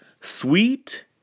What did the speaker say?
sweet